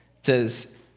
says